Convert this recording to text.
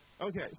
Okay